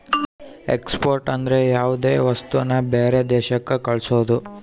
export ಅಂದ್ರ ಯಾವ್ದೇ ವಸ್ತುನ ಬೇರೆ ದೇಶಕ್ ಕಳ್ಸೋದು